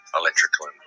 electrical